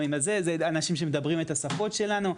אנשים שמדברים את השפות שלנו,